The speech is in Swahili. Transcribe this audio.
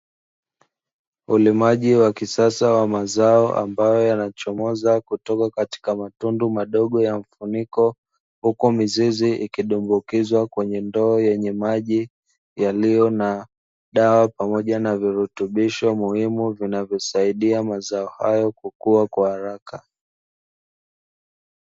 Ulimaji wa kisasa wa mazao ambayo yanaochomaza kutoka katika matundu madogo ya mfuniko, huku mizizi ikidumbukizwa kwenye ndoo yenye maji yaliyo na dawa pamoja na virutubisho muhimu vinavyosaidia mazao hayo kukua kwa haraka.